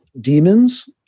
demons